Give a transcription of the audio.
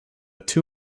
two